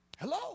Hello